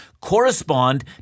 correspond